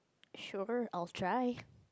sure I'll drive